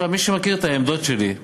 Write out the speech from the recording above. מי שמכיר את העמדות שלי,